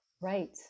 Right